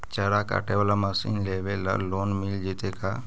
चारा काटे बाला मशीन लेबे ल लोन मिल जितै का?